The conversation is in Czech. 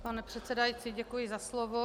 Pane předsedající, děkuji za slovo.